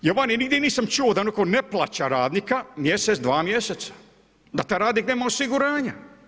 Ja vani nigdje nisam čuo da neko ne plaća radnika mjesec, dva mjeseca, da taj radnik nema osiguranja.